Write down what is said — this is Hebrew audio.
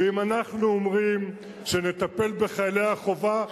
ואם אנחנו אומרים שנטפל בחיילי החובה,